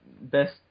best